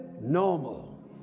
Normal